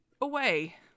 away